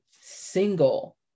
single